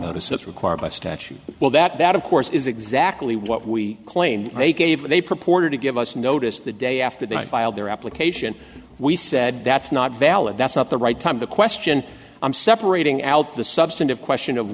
notice it's required by statute well that of course is exactly what we claimed they gave they purported to give us notice the day after they filed their application we said that's not valid that's not the right time the question i'm separating out the substantive question of